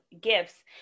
gifts